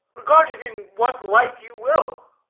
regarded in what light you will?